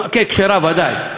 כן, כשרה, ודאי.